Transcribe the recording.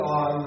on